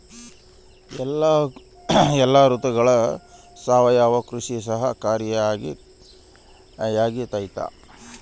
ಎಲ್ಲ ಋತುಗಳಗ ಸಾವಯವ ಕೃಷಿ ಸಹಕಾರಿಯಾಗಿರ್ತೈತಾ?